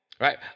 right